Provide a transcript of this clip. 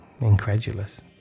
incredulous